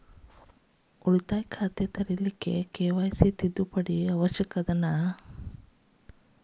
ಉಳಿತಾಯ ಖಾತೆ ತೆರಿಲಿಕ್ಕೆ ಕೆ.ವೈ.ಸಿ ತಿದ್ದುಪಡಿ ಅವಶ್ಯ ಅದನಾ?